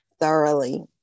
thoroughly